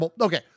Okay